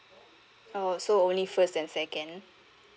oh so only first and second